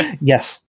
yes